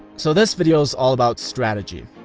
so this video's all about strategy.